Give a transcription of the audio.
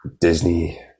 Disney